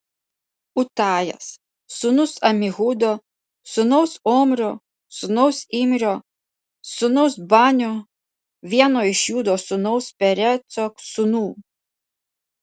utajas sūnus amihudo sūnaus omrio sūnaus imrio sūnaus banio vieno iš judo sūnaus pereco sūnų